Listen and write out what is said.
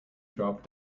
drop